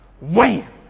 Wham